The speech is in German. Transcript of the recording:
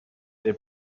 der